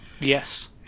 yes